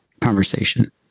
conversation